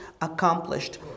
accomplished